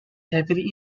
heavily